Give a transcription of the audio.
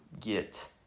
get